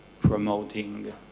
promoting